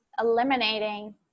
eliminating